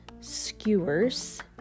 skewers